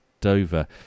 Dover